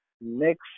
next